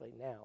now